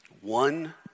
one